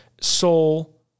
soul